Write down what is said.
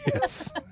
yes